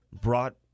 brought